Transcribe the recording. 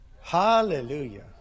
Hallelujah